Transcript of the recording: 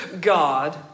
God